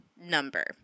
number